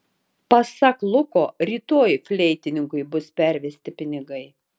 pasak luko rytoj fleitininkui bus pervesti pinigai